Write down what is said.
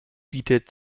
bietet